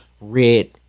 red